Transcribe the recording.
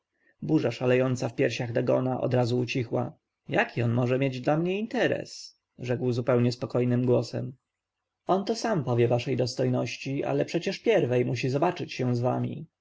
burza szalejąca w piersiach dagona odrazu ucichła jaki on może mieć dla mnie interes rzekł zupełnie spokojnym głosem on to sam powie waszej dostojności ale przecież pierwej musi zobaczyć się z wami